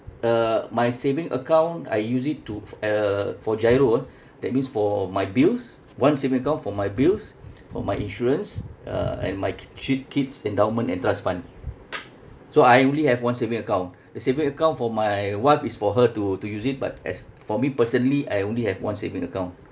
uh my saving account I use it to f~ uh for GIRO ah that means for my bills one saving account for my bills for my insurance uh and my ki~ three kids' endowment and trust fund so I only have one saving account the saving account for my wife is for her to to use it but as for me personally I only have one saving account